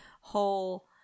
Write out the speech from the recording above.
whole